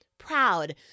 Proud